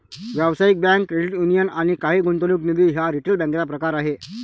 व्यावसायिक bank, credit union आणि काही गुंतवणूक निधी हा रिटेल बँकेचा प्रकार आहे